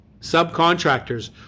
subcontractors